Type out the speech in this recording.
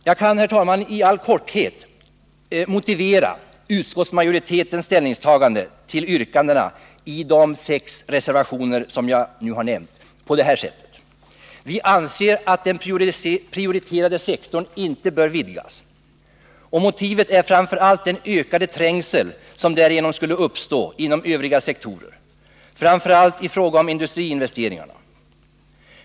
Jag kan, herrtalman, i all korthet motivera utskottsmajoritetens ställningstagande till yrkandena i de sex reservationer som jag nu har nämnt på följande sätt. Vi anser att den prioriterade sektorn inte bör utvidgas. Motivet är framför allt den ökade trängsel som därigenom skulle uppstå inom övriga sektorer, framför allt i fråga om industriinvesteringarna.